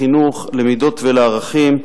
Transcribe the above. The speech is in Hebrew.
לחינוך למידות ולערכים,